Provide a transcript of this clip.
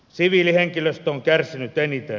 siviilihenkilöstö on kärsinyt eniten